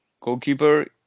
goalkeeper